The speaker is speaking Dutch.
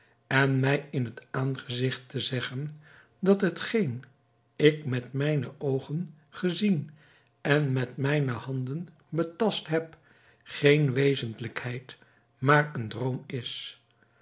en mij in het aangezigt te zeggen dat hetgeen ik met mijne oogen gezien en met mijne handen betast heb geene wezentlijkheid maar een droom is